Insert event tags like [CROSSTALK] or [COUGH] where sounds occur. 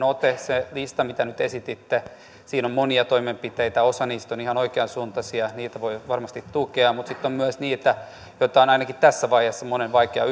[UNINTELLIGIBLE] ote siinä listassa mitä nyt esititte on monia toimenpiteitä osa niistä on ihan oikeansuuntaisia niitä voi varmasti tukea mutta sitten on myös niitä joita on ainakin tässä vaiheessa monen vaikea [UNINTELLIGIBLE]